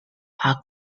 are